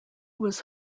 was